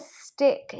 stick